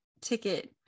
ticket